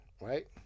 Right